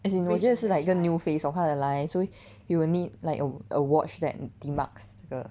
as in 我觉得是 like 一个 new phase of 他的 life so 会 you will need like a watch that demarks the